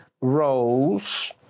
roles